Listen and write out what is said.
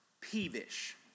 peevish